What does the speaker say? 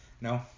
No